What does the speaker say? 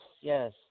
yes